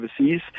overseas